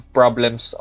problems